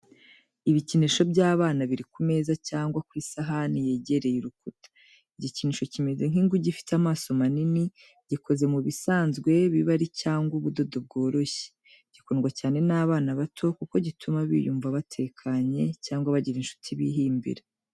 Ibikinisho by'abana biri ku meza cyangwa ku isahani yegereye urukuta. Igikinisho kimeze nk’inguge ifite amaso manini, gikoze mu bisanzwe biba ari cyangwa ubudodo bworoshye. Gikundwa cyane n’abana bato kuko gituma biyumva batekanye, cyangwa bagira inshuti bihimbira.